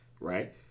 right